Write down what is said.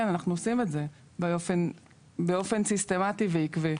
כן, אנחנו עושים את זה באופן סיסטמתי ועקבי.